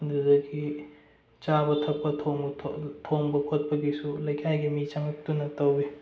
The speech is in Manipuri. ꯑꯗꯨꯗꯒꯤ ꯆꯥꯕ ꯊꯛꯄ ꯊꯣꯡꯕ ꯊꯣꯡꯕ ꯈꯣꯠꯄꯒꯤꯁꯨ ꯂꯩꯀꯥꯏꯒꯤ ꯃꯤ ꯆꯪꯂꯛꯇꯨꯅ ꯇꯧꯋꯤ